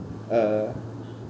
uh